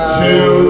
two